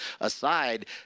aside